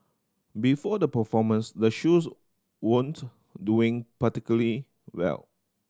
before the performance the shoes weren't doing particularly well